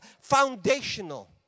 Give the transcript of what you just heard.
Foundational